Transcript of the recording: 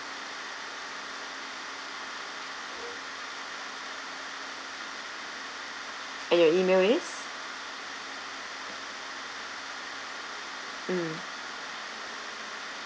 and your email is mm